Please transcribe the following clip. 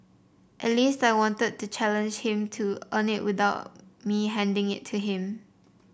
at least I wanted to challenge him to earn it without me handing it to him